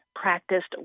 practiced